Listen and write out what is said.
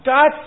God